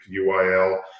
UIL